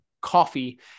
coffee